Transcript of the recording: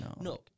No